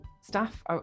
staff